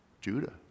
Judah